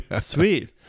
Sweet